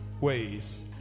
ways